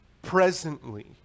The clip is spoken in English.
Presently